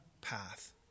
path